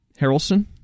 Harrelson